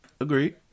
Agreed